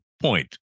point